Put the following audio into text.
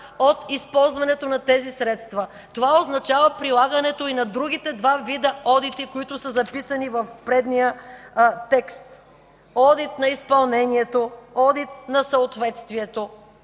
от използването на тези средства. Това означава прилагането и на другите два вида одити, които са записани в предния текст – одит на изпълнението, одит на съответствието.